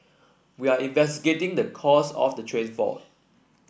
we are the cause of the train fault